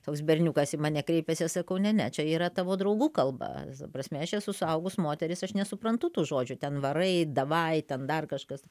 toks berniukas į mane kreipėsi sakau ne ne čia yra tavo draugų kalba ta prasme aš esu suaugus moteris aš nesuprantu tų žodžių ten varai davai ten dar kažkas